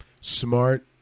smart